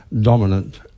dominant